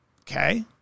Okay